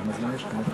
כמה זמן יש לי?